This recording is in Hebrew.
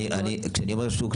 כשאני אומר שוק,